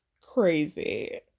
crazy